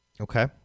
okay